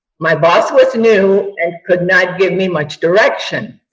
my boss was new and could not give me much direction.